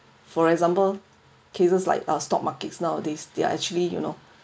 for example cases like our stock markets nowadays they are actually you know